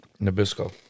Nabisco